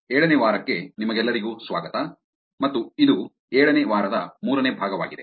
7 ನೇ ವಾರಕ್ಕೆ ನಿಮಗೆಲ್ಲರಿಗೂ ಸ್ವಾಗತ ಮತ್ತು ಇದು 7 ನೇ ವಾರದ ಮೂರನೇ ಭಾಗವಾಗಿದೆ